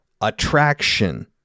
attraction